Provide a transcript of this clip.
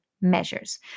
measures